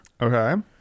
Okay